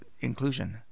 inclusion